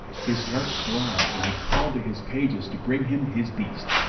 his heart throbbed and he called to his pages to bring him his beast.